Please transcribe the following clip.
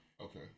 Okay